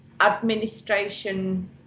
administration